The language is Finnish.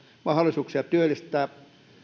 mahdollisuuksia työllistää